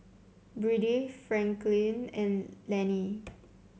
Byrdie Franklyn and Lani